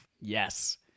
Yes